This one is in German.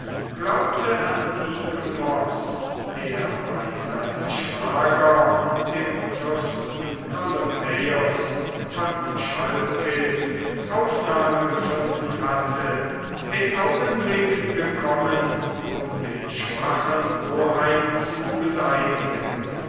glaubte antigonos der bei seinem schwager dem fürsten ptolemaeos von chalkis aufnahme gefunden hatte den augenblick gekommen um den schwachen oheim zu beseitigen